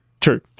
True